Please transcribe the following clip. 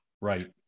right